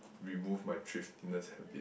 remove my thriftiness habit